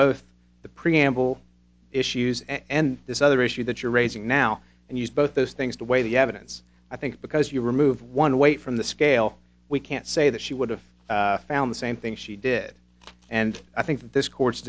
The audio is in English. both the preamble issues and this other issue that you're raising now and used both those things to weigh the evidence i think because you remove one way from the scale we can't say that she would have found the same thing she did and i think that this court's